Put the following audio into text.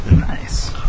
Nice